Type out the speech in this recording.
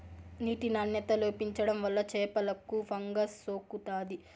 నీటి నాణ్యత లోపించడం వల్ల చేపలకు ఫంగస్ సోకుతాది